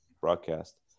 broadcast